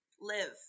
live